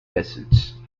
lessons